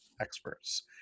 experts